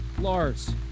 Lars